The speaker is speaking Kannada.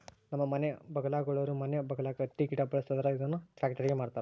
ನಮ್ಮ ಮನೆ ಬಗಲಾಗುಳೋರು ಮನೆ ಬಗಲಾಗ ಹತ್ತಿ ಗಿಡ ಬೆಳುಸ್ತದರ ಅದುನ್ನ ಪ್ಯಾಕ್ಟರಿಗೆ ಮಾರ್ತಾರ